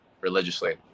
religiously